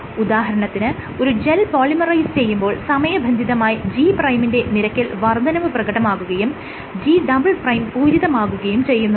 ഉദാഹരണത്തിന് ഒരു gel polymerise ചെയ്യുമ്പോൾ സമയബന്ധിതമായി G' ന്റെ നിരക്കിൽ വർദ്ധനവ് പ്രകടമാകുകയും G" പൂരിതമാകുകയും ചെയ്യുന്നുണ്ട്